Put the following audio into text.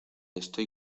estoy